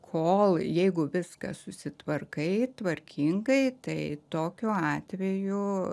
kol jeigu viską susitvarkai tvarkingai tai tokiu atveju